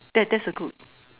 that that's a good